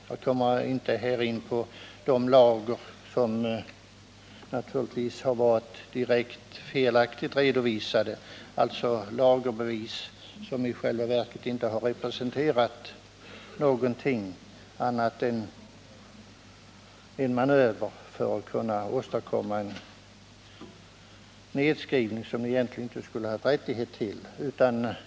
Jag skall här inte gå in på de lager som varit direkt felaktigt redovisade, alltså lagerbevis som i själva verket inte har representerat någonting utan varit en manöver för att åstadkomma en nedskrivning som man egentligen inte skulle ha haft rätt till.